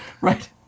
Right